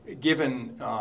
given